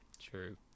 true